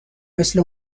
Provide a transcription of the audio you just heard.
مثل